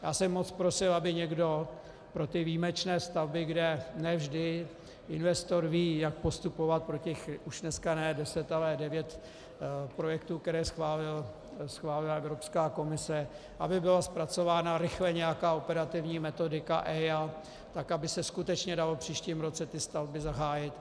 Já jsem moc prosil, aby někdo pro ty výjimečné stavby, kde ne vždy investor ví, jak postupovat pro těch už dneska ne 10, ale 9 projektů, které schválila Evropská komise, aby byla zpracována rychle nějaká operativní metodika EIA, tak aby se skutečně dalo v příštím roce ty stavby zahájit.